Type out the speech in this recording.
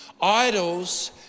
Idols